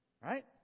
Right